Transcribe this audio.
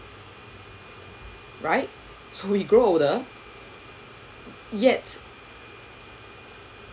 right so we grow older yet